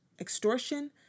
extortion